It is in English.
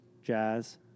jazz